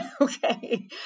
okay